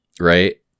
Right